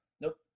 Nope